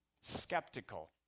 skeptical